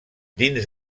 dins